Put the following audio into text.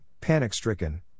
panic-stricken